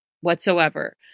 whatsoever